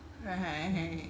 right